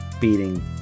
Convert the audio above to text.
beating